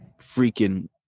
freaking